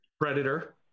predator